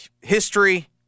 history